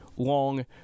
long